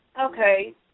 okay